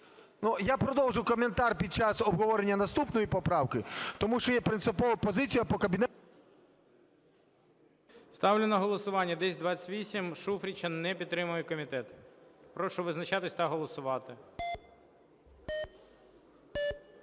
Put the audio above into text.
Я продовжу коментар під час обговорення наступної поправки, тому що є принципова позиція по... ГОЛОВУЮЧИЙ. Ставлю на голосування 1028 Шуфрича. Не підтримує комітет. Прошу визначатись та голосувати.